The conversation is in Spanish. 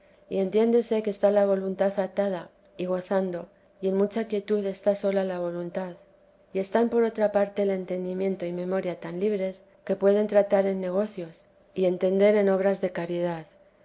aquí entiéndese que está la voluntad atada y gozando y en mucha quietud está sola la voluntad y están por otra parte el entendimiento y memoria tan libres que pueden tratar en negocios y entender en obras de